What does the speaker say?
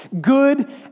Good